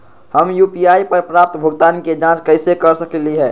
हम यू.पी.आई पर प्राप्त भुगतान के जाँच कैसे कर सकली ह?